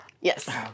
Yes